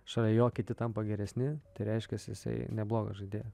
šalia jo kiti tampa geresni reiškias jisai neblogas žaidėjas